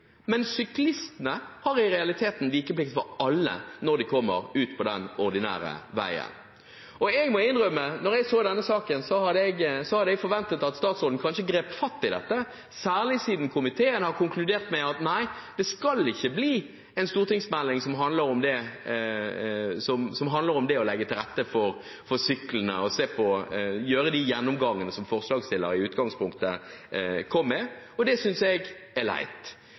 kommer ut på den ordinære veien. Jeg må innrømme at da jeg så denne saken, hadde jeg forventet at statsråden grep fatt i dette, særlig siden komiteen har konkludert med at det ikke skal komme en stortingsmelding som handler om det å legge til rette for syklende og å ta de gjennomgangene som forslagsstillerne i utgangspunktet foreslo. Det synes jeg er leit.